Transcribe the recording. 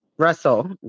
Russell